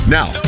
Now